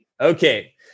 Okay